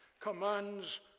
commands